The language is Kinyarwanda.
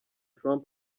trump